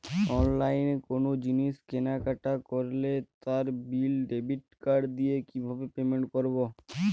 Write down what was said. অনলাইনে কোনো জিনিস কেনাকাটা করলে তার বিল ডেবিট কার্ড দিয়ে কিভাবে পেমেন্ট করবো?